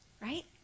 right